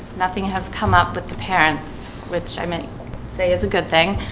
nothing has come up with the parents which i mean say it's a good thing.